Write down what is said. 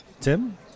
Tim